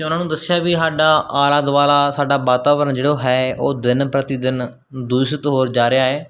ਅਤੇ ਉਨ੍ਹਾਂ ਨੂੰ ਦੱਸਿਆ ਵੀ ਸਾਡਾ ਆਲਾ ਦੁਆਲਾ ਸਾਡਾ ਵਾਤਾਵਰਨ ਜਿਹੜਾ ਉਹ ਹੈ ਉਹ ਦਿਨ ਪ੍ਰਤੀ ਦਿਨ ਦੂਸ਼ਿਤ ਹੁੰਦਾ ਜਾ ਰਿਹਾ ਹੈ